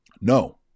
No